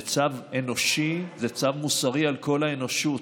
זה צו אנושי, זה צו מוסרי לכל האנושות.